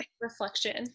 reflection